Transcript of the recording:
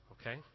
okay